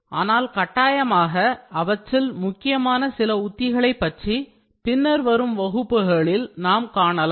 ஆனால் கட்டாயமாக அவற்றில் முக்கியமான சில உத்திகளைப் பற்றி பின்னர் வரும் வகுப்புகளில் நாம் காணலாம்